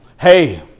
Hey